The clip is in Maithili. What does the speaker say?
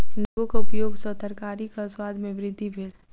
नेबोक उपयग सॅ तरकारीक स्वाद में वृद्धि भेल